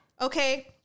Okay